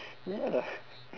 ya